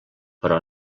però